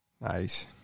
Nice